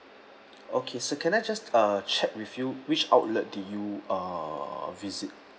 okay sir can I just uh check with you which outlet do you uh visit